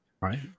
Right